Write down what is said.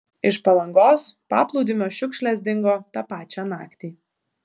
iš palangos paplūdimio šiukšlės dingo tą pačią naktį